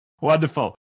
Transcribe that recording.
Wonderful